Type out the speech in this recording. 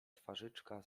twarzyczka